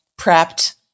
prepped